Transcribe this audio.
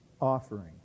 offering